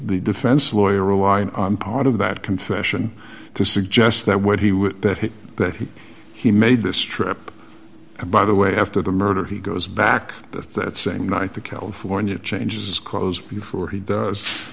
the defense lawyer relied on part of that confession to suggest that what he was that that he he made this trip and by the way after the murder he goes back that that same night the california changes his clothes before he does